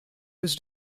was